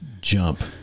jump